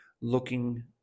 looking